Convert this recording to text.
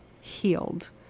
healed